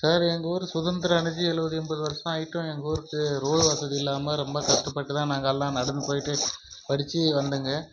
sir எங்கள் ஊர் சுதந்தரம் அடைஞ்சு எழுபது எண்பது வருஷம் ஆயிட்டும் எங்கள் ஊருக்கு ரோடு வசதி இல்லாமல் ரொம்ப கஷ்டப்பட்டு தான் நாங்கள்லாம் நடந்து போயிவிட்டு படிச்சு வந்தோம்ங்க